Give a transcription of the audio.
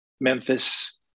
Memphis